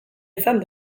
izan